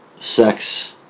sex